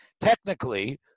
technically